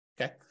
Okay